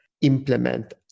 implement